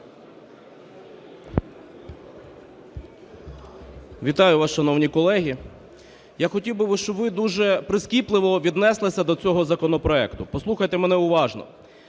Вітаю вас, шановні колеги! Я хотів би, щоб ви дуже прискіпливо віднеслися до цього законопроекту. Послухайте мене уважно.